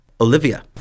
Olivia